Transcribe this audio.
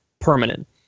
permanent